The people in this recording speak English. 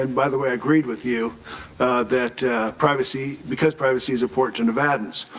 and by the way i agreed with you that privacy because privacy is important to nevadaians.